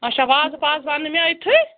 اچھا وازٕ پازٕ رَننہٕ مےٚ أتتھٕے